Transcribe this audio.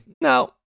No